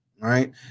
Right